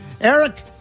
Eric